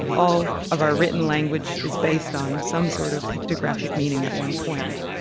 all of our written language is based on some sort of pictographic meaning at one point.